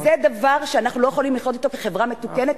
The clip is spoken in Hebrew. זה דבר שאנחנו לא יכולים לחיות אתו בחברה מתוקנת,